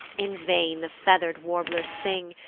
in vain the feather'd warblers sing,